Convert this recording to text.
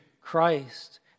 Christ